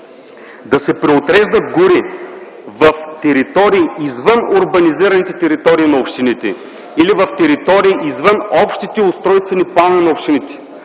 да се преотреждат гори извън урбанизираните територии на общините, или в територии, извън общите устройствени планове на общините,